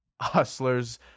Hustlers